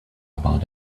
about